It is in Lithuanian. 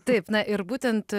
taip na ir būtent